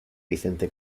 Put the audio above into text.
vicente